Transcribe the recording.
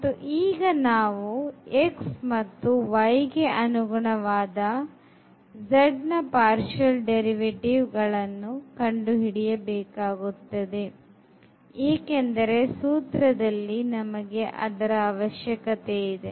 ಮತ್ತು ಈಗ ನಾವು x ಮತ್ತು y ಗೆ ಅನುಗುಣವಾದ z ನ partial derivative ಗಳನ್ನು ಕಂಡುಹಿಡಿಯಬೇಕಾಗುತ್ತದೆ ಏಕೆಂದರೆ ಸೂತ್ರದಲ್ಲಿ ನಮಗೆ ಅದರ ಅವಶ್ಯಕತೆ ಇದೆ